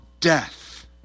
death